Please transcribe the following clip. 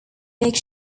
make